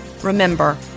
Remember